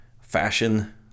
fashion